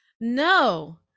No